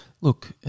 Look